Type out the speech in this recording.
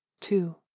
two